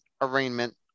arraignment